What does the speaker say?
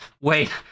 Wait